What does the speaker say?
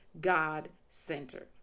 God-centered